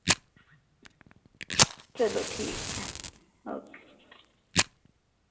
चलो ठीक ऐ ओके